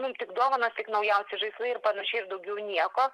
mum tik dovanos tik naujausi žaislai ir panašiai ir daugiau nieko